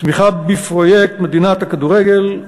תמיכה בפרויקט מדינת הכדורגל,